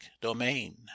domain